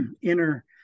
inner